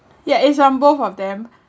yeah it's from both of them